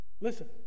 Listen